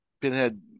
Pinhead